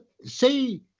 Say